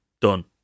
Done